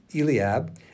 Eliab